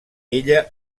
ella